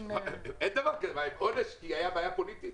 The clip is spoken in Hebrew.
ישובים חדשים,